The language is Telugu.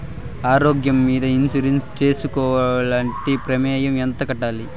ఆరోగ్యం మీద ఇన్సూరెన్సు సేసుకోవాలంటే ప్రీమియం ఎంత కట్టాలి?